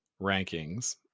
rankings